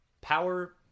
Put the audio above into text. Power